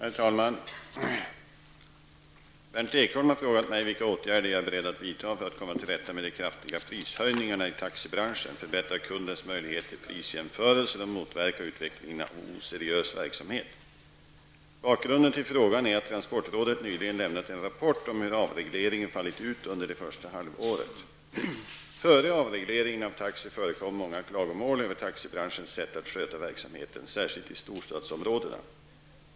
Herr talman! Berndt Ekholm har frågat mig vilka åtgärder jag är beredd att vidta för att komma till rätta med de kraftiga prishöjningarna i taxibranschen, förbättra kundens möjligheter till prisjämförelser och motverka utvecklingen av oseriös verksamhet. Bakgrunden till frågan är att transportrådet nyligen lämnat en rapport om hur avregleringen fallit ut under det första halvåret. Före avregleringen av taxi förekom många klagomål över taxibranschens sätt att sköta verksamheten, särskilt i storstadsområdena.